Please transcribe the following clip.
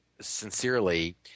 sincerely